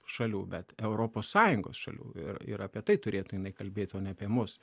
šalių bet europos sąjungos šalių ir ir apie tai turėtų jinai kalbėti o ne apie mus